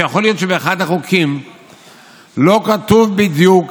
ויכול להיות שבאחד החוקים לא כתוב בדיוק